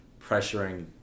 pressuring